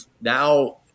now